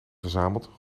verzameld